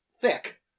thick